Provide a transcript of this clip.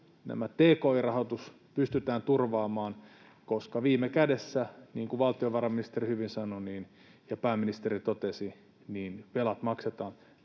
tki-rahoitus pystytään turvaamaan, koska viime kädessä, niin kuin valtiovarainministeri hyvin sanoi ja pääministeri totesi, velat maksetaan